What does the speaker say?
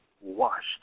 washed